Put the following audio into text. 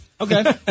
Okay